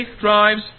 drives